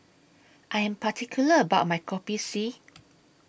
I Am particular about My Kopi C